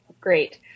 great